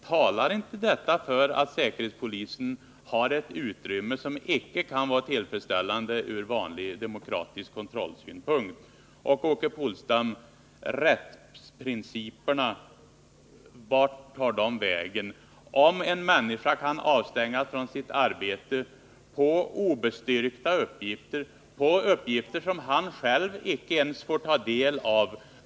Talar inte detta för att säkerhetspolisen har ett utrymme som icke kan vara tillfredsställande ur vanlig demokratisk kontrollsynpunkt? Och, Åke Polstam: Rättsprinciperna — vart tar de vägen, om en person kan avstängas från sitt arbete på obestyrkta uppgifter, på uppgifter som icke ens denna person själv får ta del av?